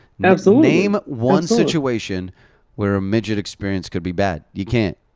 absolutely. name one situation where a midget experience could be bad. you can't,